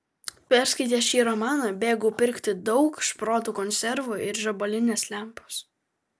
perskaitęs šį romaną bėgau pirkti daug šprotų konservų ir žibalinės lempos